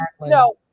no